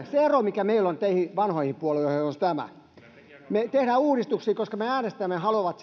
se ero mikä meillä on kuunnelkaa teihin vanhoihin puolueisiin on tämä me teemme uudistuksia koska meidän äänestäjämme haluavat